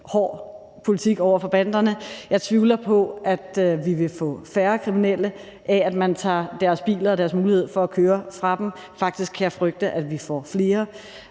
hård politik over for banderne. Jeg tvivler på, at vi vil få færre kriminelle af, at man tager deres biler og deres mulighed for at køre i dem fra dem. Faktisk kan jeg frygte, at vi får flere.